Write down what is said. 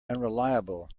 unreliable